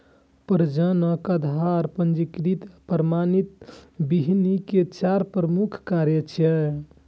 प्रजनक, आधार, पंजीकृत आ प्रमाणित बीहनि के चार मुख्य प्रकार छियै